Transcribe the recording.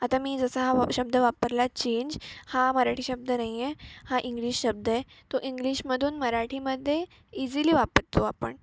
आता मी जसा हा शब्द वापरला चेंज हा मराठी शब्द नाही आहे हा इंग्लिश शब्द आहे तो इंग्लिशमधून मराठीमध्ये इजीली वापरतो आपण